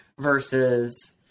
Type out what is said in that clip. Versus